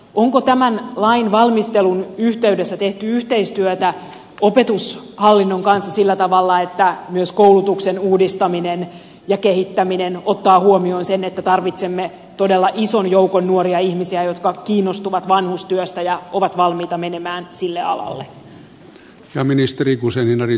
onko tämän lain valmistelun yhteydessä tehty yhteistyötä opetushallinnon kanssa sillä tavalla että myös koulutuksen uudistaminen ja kehittäminen ottaa huomioon sen että tarvitsemme todella ison joukon nuoria ihmisiä jotka kiinnostuvat vanhustyöstä ja ovat valmiita menemään sille alalle